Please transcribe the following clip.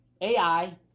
AI